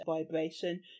vibration